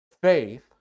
faith